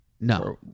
No